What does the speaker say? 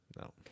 No